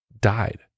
died